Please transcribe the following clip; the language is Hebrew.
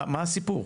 מה הסיפור?